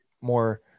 more